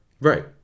right